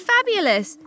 Fabulous